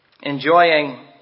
Enjoying